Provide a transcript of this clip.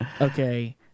Okay